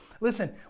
listen